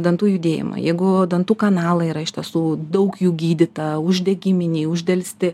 dantų judėjimą jeigu dantų kanalai yra iš tiesų daug jų gydyta uždegiminiai uždelsti